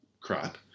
crap